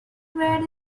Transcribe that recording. where